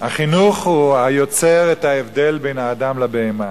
החינוך הוא היוצר את ההבדל בין האדם לבהמה.